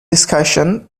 discussion